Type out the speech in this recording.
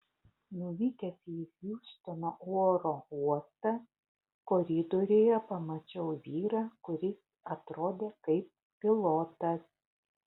nuvykęs į hjustono oro uostą koridoriuje pamačiau vyrą kuris atrodė kaip pilotas